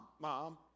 Mom